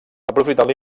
aprofitant